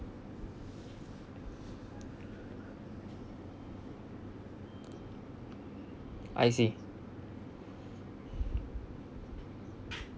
I see